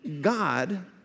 God